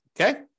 Okay